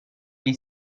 gli